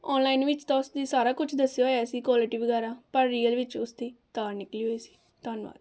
online ਵਿੱਚ ਤਾਂ ਉਸ ਦੀ ਸਾਰਾ ਕੁਝ ਦੱਸਿਆ ਹੋਇਆ ਸੀ ਕੁਆਲਟੀ ਵਗੈਰਾ ਪਰ ਰੀਅਲ ਵਿੱਚ ਉਸ ਦੀ ਤਾਰ ਨਿਕਲੀ ਹੋਈ ਸੀ ਧੰਨਵਾਦ